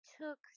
took